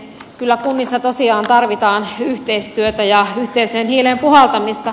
kyllä kunnissa tosiaan tarvitaan yhteistyötä ja yhteiseen hiileen puhaltamista